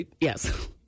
Yes